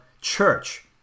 church